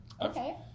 Okay